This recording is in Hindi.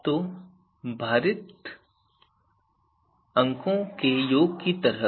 तो यह भारित अंकों के योग की तरह है